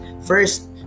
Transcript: first